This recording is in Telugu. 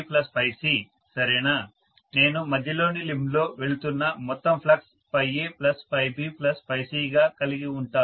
సరేనా నేను మధ్యలోని లింబ్ లో వెళుతున్న మొత్తం ఫ్లక్స్ ABC గా కలిగి ఉంటాను